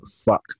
Fuck